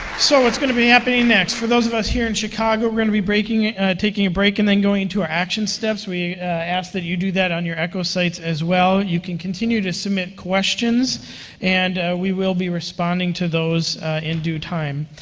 so, what's going to be happening next? for those of us here in chicago, we're going to be taking a break and then going into our action steps. we ask that you do that on your echo sites, as well. you can continue to submit questions and we will be responding to those in due time.